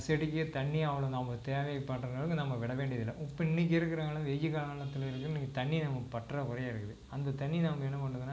செடிக்குத் தண்ணியே அவ்வளவு நமக்குத் தேவைப்படுற அளவுக்கு நம்ம விட வேண்டியதில்லை இப்போ இன்றைக்கி இருக்கின்ற காலம் வெயல் காலத்தில் வந்து இன்றைக்கி தண்ணி நம்ம பற்றாக்குறையாக இருக்குது அந்தத் தண்ணி நம்ம என்ன பண்ணுறதுன்னா